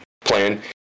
plan